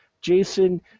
Jason